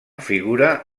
figura